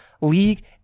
league